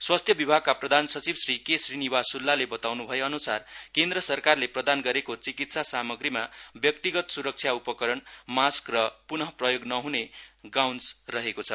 स्वास्थ्य विभागका प्रधान सचिव के श्री निवासुलुले बताएअनुसार केन्द्र सरकारले प्रदान गरेको चिकित्सा सामाग्रीमा व्यक्तिगत स्रक्षा उपकरण मास्क र प्न प्रयोग नह्ने गाउन रहेको छ